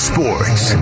Sports